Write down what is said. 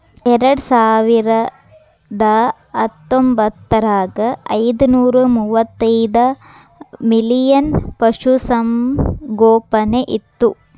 ಎರೆಡಸಾವಿರದಾ ಹತ್ತೊಂಬತ್ತರಾಗ ಐದನೂರಾ ಮೂವತ್ತೈದ ಮಿಲಿಯನ್ ಪಶುಸಂಗೋಪನೆ ಇತ್ತು